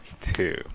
two